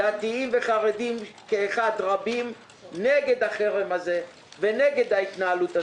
דתיים וחרדים כאחד רבים נגד החרם הזה ונגד ההתנהלות הזאת,